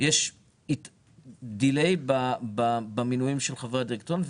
אז יש עיכוב במינוי חברי הדירקטוריון.